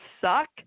suck